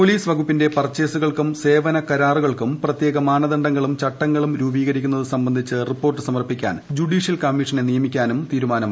police വകുപ്പിന്റെ പർച്ചേസുകൾക്കും സ്പ്രൂനകരാറുകൾക്കും പ്രത്യേകം മാനദണ്ഡങ്ങളും ചട്ടങ്ങളും രൂപീക്കിരിക്കുന്നത് സംബന്ധിച്ച് റിപ്പോർട്ട് സമർപ്പിക്കാൻ ജുഡീഷ്യൽ ക്യ്മ്മ്മീഷ്നെ നിയമിക്കാനും തീരുമാനമായി